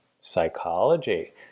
psychology